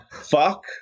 Fuck